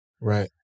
Right